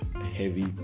heavy